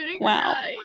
Wow